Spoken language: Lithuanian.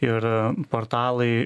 ir portalai